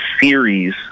series